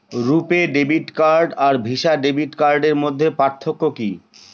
রূপে debit card আর Visa debit কার্ডের মধ্যে পার্থক্য কি?